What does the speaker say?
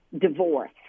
divorce